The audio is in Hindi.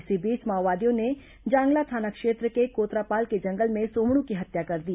इसी बीच माओवादियों ने जांगला थाना क्षेत्र के कोतरापाल के जंगल में सोमड की हत्या कर दी